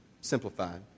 Simplified